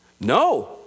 No